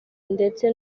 ndetse